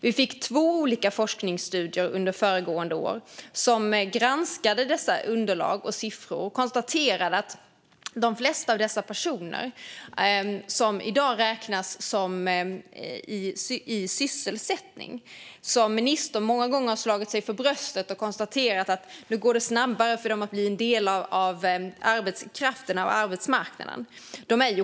Vi fick två olika forskningsstudier under föregående år som granskade dessa underlag och siffror. De konstaterade att de flesta av de personer som i dag räknas vara i sysselsättning i själva verket inte är självförsörjande. Det är just dessa siffror och dessa personer som ministern många gånger har slagit sig för bröstet för och konstaterat att nu går det snabbare för dem att bli en del av arbetskraften och av arbetsmarknaden.